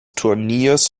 turniers